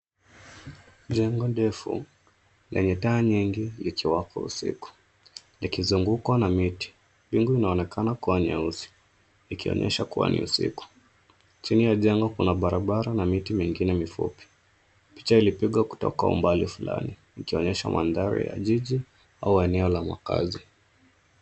Jengo ndefu lenye taa nyingi ikiwaka usiku, likizungukwa na giza. Mbingu inaonekana kuwa nyeusi ikionyesha kuwa ni usiku. Chini ya jengo, kuna barabara na miti mingine mifupi. Picha ilipigwa kutoka umbali fulani ikionyesha mandhari ya jiji au eneno la makazi.